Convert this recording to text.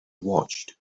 watched